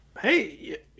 Hey